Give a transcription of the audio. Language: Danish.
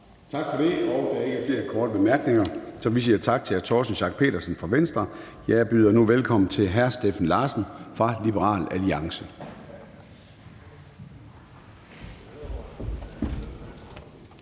Gade): Der er ikke flere korte bemærkninger, så vi siger tak til hr. Torsten Schack Pedersen fra Venstre. Jeg byder nu velkommen til hr. Steffen Larsen fra Liberal Alliance.